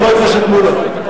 חבר הכנסת מולה,